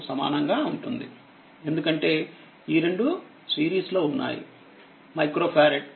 ఎందుకంటే ఈరెండు సిరీస్ లో ఉన్నాయిమైక్రో ఫారెడ్